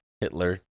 Hitler